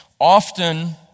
Often